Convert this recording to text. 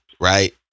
right